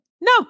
No